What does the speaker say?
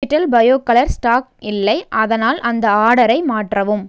vegetal bio colour stock இல்லை அதனால் அந்த ஆர்டரை மாற்றவும்